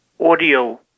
audio